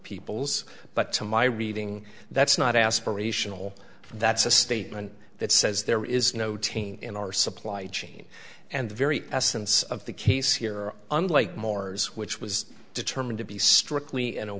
people's but to my reading that's not aspirational that's a statement that says there is no taint in our supply chain and the very essence of the case here unlike moore's which was determined to be strictly an